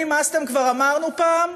"מושחתים נמאסתם" כבר אמרנו פעם?